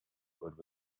what